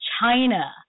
China